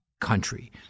country